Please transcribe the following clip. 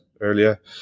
earlier